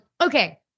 okay